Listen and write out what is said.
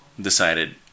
decided